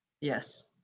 Yes